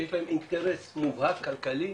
שיש להם אינטרס מובהק כלכלי,